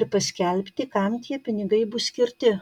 ir paskelbti kam tie pinigai bus skirti